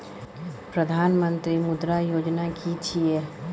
प्रधानमंत्री मुद्रा योजना कि छिए?